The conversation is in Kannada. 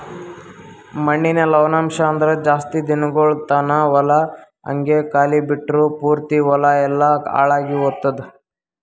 ಮಣ್ಣಿನ ಲವಣಾಂಶ ಅಂದುರ್ ಜಾಸ್ತಿ ದಿನಗೊಳ್ ತಾನ ಹೊಲ ಹಂಗೆ ಖಾಲಿ ಬಿಟ್ಟುರ್ ಪೂರ್ತಿ ಹೊಲ ಎಲ್ಲಾ ಹಾಳಾಗಿ ಹೊತ್ತುದ್